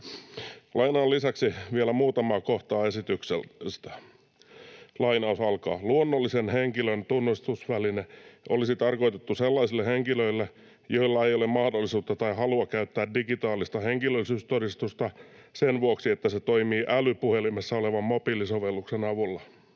Lainaan lisäksi vielä muutamaa kohtaa esityksestä: ”Luonnollisen henkilön tunnistusväline olisi tarkoitettu sellaisille henkilöille, joilla ei ole mahdollisuutta tai halua käyttää digitaalista henkilöllisyystodistusta sen vuoksi, että se toimii älypuhelimessa olevan mobiilisovelluksen avulla.